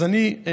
אז אני,